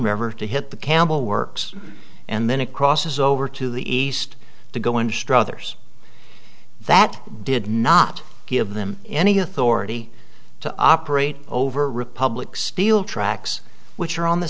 never to hit the campbell works and then it crosses over to the east to go in struthers that did not give them any authority to operate over republik steel tracks which are on the